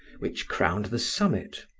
which crowned the summit.